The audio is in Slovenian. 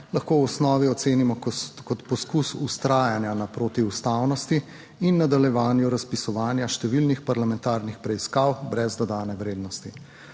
lahko v osnovi ocenimo kot poskus vztrajanja na protiustavnosti in nadaljevanju razpisovanja številnih parlamentarnih preiskav brez dodane vrednosti,